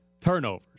turnovers